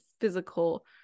physical